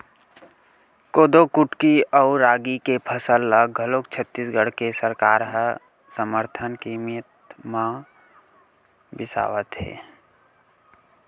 कोदो कुटकी अउ रागी के फसल ल घलोक छत्तीसगढ़ के सरकार ह समरथन कीमत म बिसावत हे